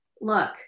look